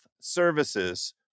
Services